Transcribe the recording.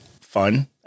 fun